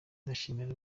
ndashimira